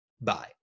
bye